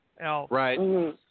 Right